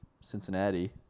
Cincinnati